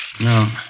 No